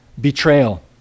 Betrayal